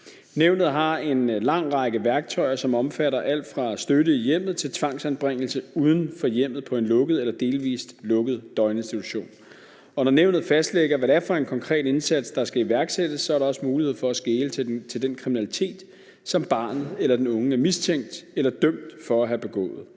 Nævnet har en lang række værktøjer, som omfatter alt fra støtte i hjemmet til tvangsanbringelse uden for hjemmet på en lukket eller delvis lukket døgninstitution. Når nævnet fastlægger, hvad det er for en konkret indsats, der skal iværksættes, er der også mulighed for at skele til den kriminalitet, som barnet eller den unge er mistænkt eller dømt for at have begået.